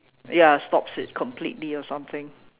ya stops it completely or something